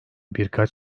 birkaç